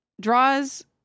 draws